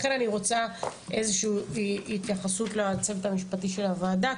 לכן אני רוצה איזושהי התייחסות לצוות המשפטי של הוועדה.